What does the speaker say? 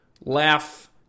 laugh